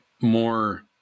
more